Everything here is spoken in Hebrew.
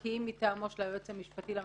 כי אם מטעמו של היועץ המשפטי לממשלה,